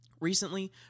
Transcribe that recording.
Recently